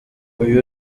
uyu